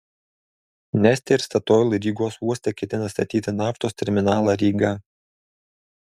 neste ir statoil rygos uoste ketina statyti naftos terminalą ryga